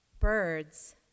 Birds